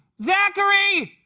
zachary!